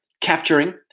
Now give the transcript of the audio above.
capturing